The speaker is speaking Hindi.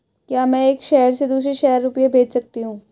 क्या मैं एक शहर से दूसरे शहर रुपये भेज सकती हूँ?